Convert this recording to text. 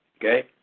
okay